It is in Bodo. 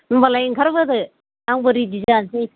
होमबालाय ओंखारबोदो आंबो रेडि जानोसै